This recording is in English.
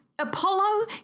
Apollo